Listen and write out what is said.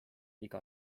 iga